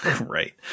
Right